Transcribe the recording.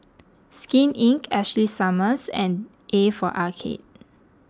Skin Inc Ashley Summers and A for Arcade